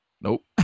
Nope